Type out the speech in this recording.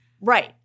Right